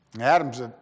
Adam's